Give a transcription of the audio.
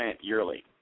yearly